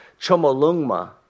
Chomolungma